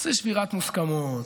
זה שבירת מוסכמות,